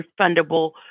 refundable